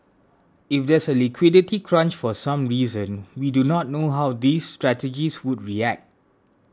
if there's a liquidity crunch for some reason we do not know how these strategies would react